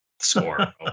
Score